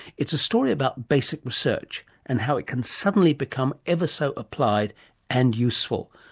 it's a story about basic research and how it can suddenly become ever-so applied and useful.